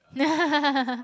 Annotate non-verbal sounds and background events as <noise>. <laughs>